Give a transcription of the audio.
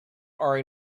are